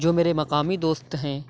جو میرے مقامی دوست ہیں